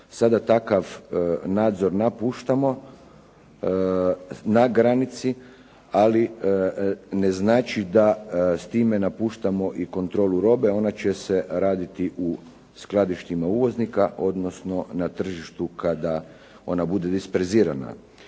Sada takav nadzor napuštamo na granici, ali ne znači da s time napuštamo i kontrolu robe. Ona će se raditi u skladištima uvoznika, odnosno na tržištu kada ona bude disperzirana